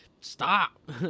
stop